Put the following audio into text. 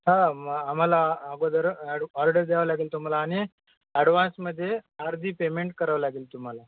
हा मग आम्हाला अगोदर ॲड ऑर्डर द्यावं लागेल तुम्हाला आणि ॲडवान्समध्ये अर्धी पेमेंट करावं लागेल तुम्हाला